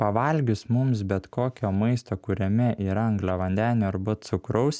pavalgius mums bet kokio maisto kuriame yra angliavandenių arba cukraus